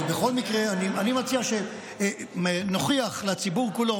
ובכל מקרה אני מציע שנוכיח לציבור כולו